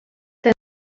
der